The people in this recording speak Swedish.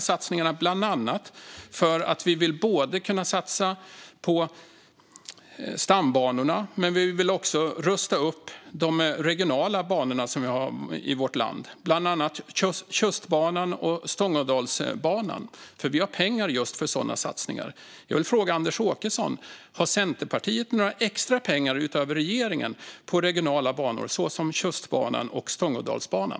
Vi vill både satsa på stambanorna och rusta upp de regionala banorna i vårt land, bland annat Tjustbanan och Stångedalsbanan, för vi har pengar just för sådana satsningar. Jag vill fråga Anders Åkesson: Har Centerpartiet några extra pengar utöver regeringens för regionala banor, såsom Tjustbanan och Stångedalsbanan?